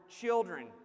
children